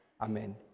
Amen